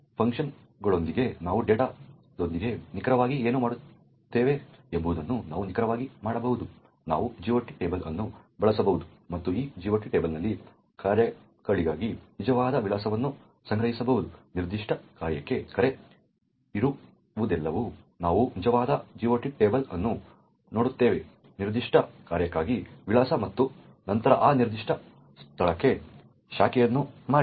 ಫಂಕ್ಷನ್ಗಳೊಂದಿಗೆ ನಾವು ಡೇಟಾದೊಂದಿಗೆ ನಿಖರವಾಗಿ ಏನು ಮಾಡಿದ್ದೇವೆ ಎಂಬುದನ್ನು ನಾವು ನಿಖರವಾಗಿ ಮಾಡಬಹುದು ನಾವು GOT ಟೇಬಲ್ ಅನ್ನು ಬಳಸಬಹುದು ಮತ್ತು ಈ GOT ಟೇಬಲ್ನಲ್ಲಿ ಕಾರ್ಯಗಳಿಗಾಗಿ ನಿಜವಾದ ವಿಳಾಸಗಳನ್ನು ಸಂಗ್ರಹಿಸಬಹುದು ನಿರ್ದಿಷ್ಟ ಕಾರ್ಯಕ್ಕೆ ಕರೆ ಇರುವಲ್ಲೆಲ್ಲಾ ನಾವು ನಿಜವಾದ GOT ಟೇಬಲ್ ಅನ್ನು ನೋಡುತ್ತೇವೆ ನಿರ್ದಿಷ್ಟ ಕಾರ್ಯಕ್ಕಾಗಿ ವಿಳಾಸ ಮತ್ತು ನಂತರ ಆ ನಿರ್ದಿಷ್ಟ ಸ್ಥಳಕ್ಕೆ ಶಾಖೆಯನ್ನು ಮಾಡಿ